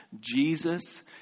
Jesus